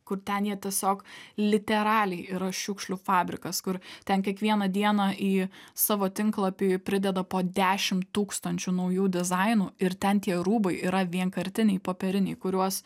kur ten jie tiesiog literaliai yra šiukšlių fabrikas kur ten kiekvieną dieną į savo tinklapį prideda po dešimt tūkstančių naujų dizainų ir ten tie rūbai yra vienkartiniai popieriniai kuriuos